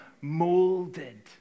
molded